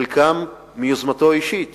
חלקם ביוזמתו האישית